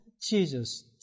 Jesus